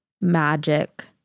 magic